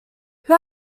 who